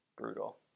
brutal